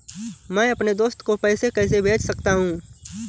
मैं अपने दोस्त को पैसे कैसे भेज सकता हूँ?